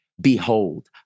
Behold